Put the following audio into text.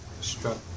struck